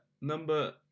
number